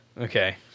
Okay